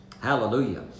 Hallelujah